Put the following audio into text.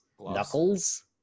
knuckles